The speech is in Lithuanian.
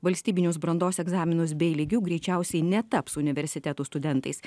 valstybinius brandos egzaminus b lygiu greičiausiai netaps universitetų studentais